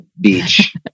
beach